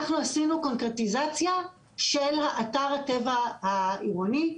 עשינו קונקרטיזציה של אתר הטבע העירוני,